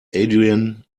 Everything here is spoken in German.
adrian